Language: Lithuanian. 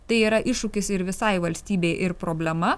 tai yra iššūkis ir visai valstybei ir problema